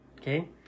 Okay